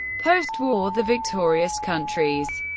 post-war, the victorious countries,